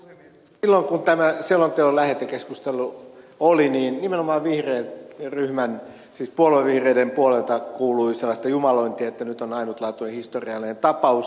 silloin kun tämän selonteon lähetekeskustelu oli niin nimenomaan vihreän puolueen puolelta kuului semmoista jumalointia että nyt on ainutlaatuinen ja historiallinen tapaus